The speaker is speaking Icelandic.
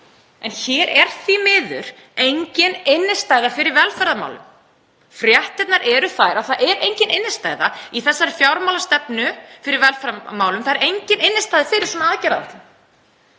en hér er því miður engin innstæða fyrir velferðarmálum. Fréttirnar eru þær að það er engin innstæða í þessari fjármálastefnu fyrir velferðarmálum. Það er engin innstæða fyrir svona aðgerðaáætlun.